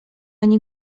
ani